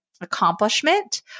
accomplishment